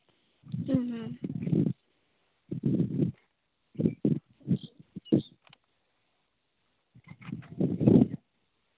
ᱦᱩᱸ ᱦᱩᱸ